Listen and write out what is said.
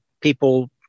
people